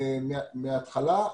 מהתחלה,